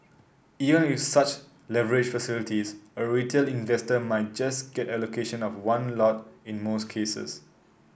even with such leverage facilities a retail investor might just get allocation of one lot in most cases